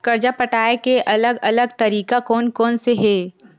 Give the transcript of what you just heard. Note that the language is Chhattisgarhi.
कर्जा पटाये के अलग अलग तरीका कोन कोन से हे?